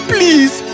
Please